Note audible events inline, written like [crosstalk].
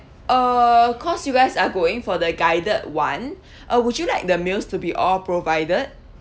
uh cause you guys are going for the guided one [breath] uh would you like the meals to be all provided